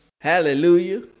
hallelujah